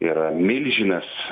yra milžinas